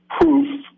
proof